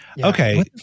Okay